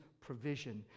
provision